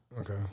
Okay